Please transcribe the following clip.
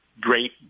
great